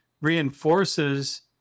reinforces